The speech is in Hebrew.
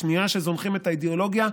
בשנייה שזונחים את האידיאולוגיה,